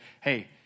hey